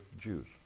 Jews